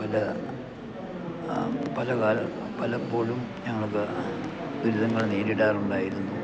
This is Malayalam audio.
പല പലകാലം പലപ്പോഴും ഞങ്ങൾക്ക് ദുരിതങ്ങൾ നേരിടാറുണ്ടായിരുന്നു